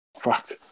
Fact